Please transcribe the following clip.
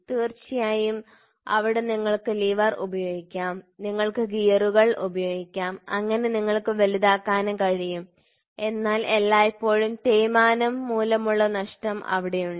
തീർച്ചയായും അവിടെ നിങ്ങൾക്ക് ലിവർ ഉപയോഗിക്കാം നിങ്ങൾക്ക് ഗിയറുകൾ ഉപയോഗിക്കാം അങ്ങനെ നിങ്ങൾക്ക് വലുതാക്കാനും കഴിയും എന്നാൽ എല്ലായ്പ്പോഴും തേയ്മാനം മൂലമുള്ള നഷ്ടം അവിടെയുണ്ട്